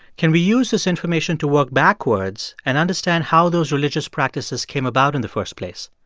can we use this information to work backwards and understand how those religious practices came about in the first place?